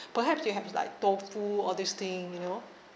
perhaps you have like tofu all this thing you know